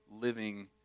living